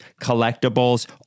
collectibles